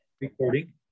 Recording